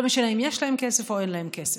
לא משנה אם יש להם כסף או אין להם כסף.